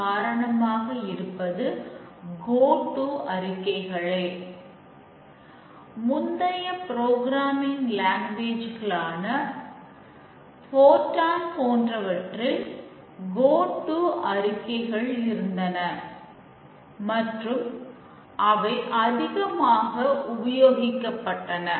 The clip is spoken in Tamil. கண்ட்ரோல் ஸ்ட்ரக்சரை அறிக்கைகள் இருந்தன மற்றும் அவை அதிகமாக உபயோகிக்கப்பட்டன